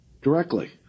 Directly